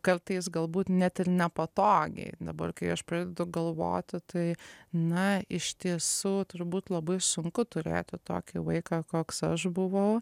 kartais galbūt net ir nepatogiai dabar kai aš pradedu galvoti tai na iš tiesų turbūt labai sunku turėti tokį vaiką koks aš buvau